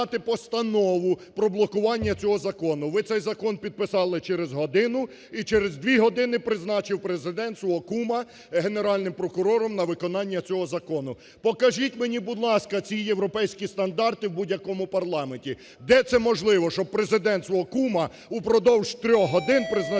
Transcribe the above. Ви цей закон підписали через годину і через дві години призначив Президент свого кума Генеральним прокурором на виконання цього закону. Покажіть мені, будь ласка, ці європейські стандарти в будь-якому парламенті. Де це можливо, щоб Президент свого кума упродовж трьох годин призначав Генеральним